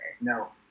no